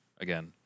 again